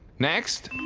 next.